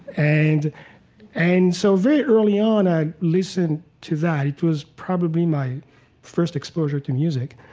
and and so very early on, i listened to that. it was probably my first exposure to music.